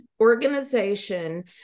organization